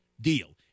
deal